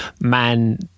man